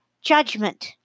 judgment